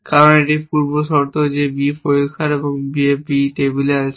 কারণ এটি পূর্বশর্ত যে B পরিষ্কার যে B টেবিলে আছে